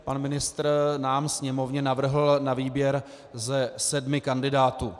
Pan ministr nám, Sněmovně, navrhl na výběr ze sedmi kandidátů.